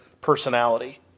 personality